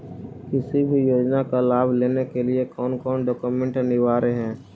किसी भी योजना का लाभ लेने के लिए कोन कोन डॉक्यूमेंट अनिवार्य है?